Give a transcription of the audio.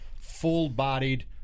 full-bodied